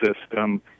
system